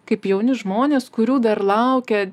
kaip jauni žmonės kurių dar laukia